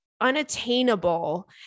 unattainable